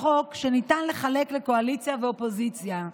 חוק שניתן לחלק לקואליציה ואופוזיציה.